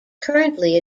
currently